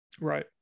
Right